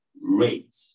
rate